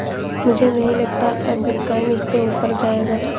मुझे नहीं लगता अब बिटकॉइन इससे ऊपर जायेगा